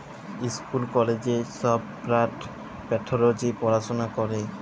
school কলেজে ছব plant pathology পড়াশুলা ক্যরে